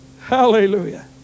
Hallelujah